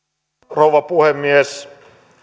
rouva puhemies